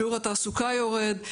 שיעור התעסוקה יורד,